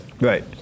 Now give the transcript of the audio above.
Right